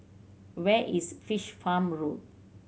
where is Fish Farm Road